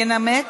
ינמק